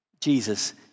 Jesus